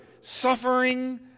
suffering